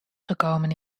gekomen